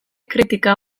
kritika